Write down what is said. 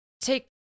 take